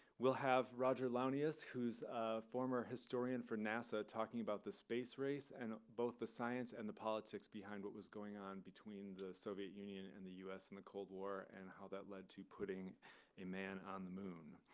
we'll have roger launius, who's a former historian for nasa talking about the space race and both the science and the politics behind what was going on between the soviet union and the us in the cold war and how that led to putting a man on the moon.